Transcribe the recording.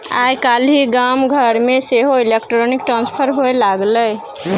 आय काल्हि गाम घरमे सेहो इलेक्ट्रॉनिक ट्रांसफर होए लागलै